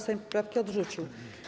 Sejm poprawki odrzucił.